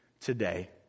today